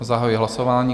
Zahajuji hlasování.